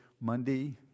Monday